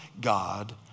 God